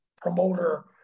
promoter